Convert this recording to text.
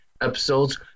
episodes